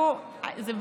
תראו, זה בסדר,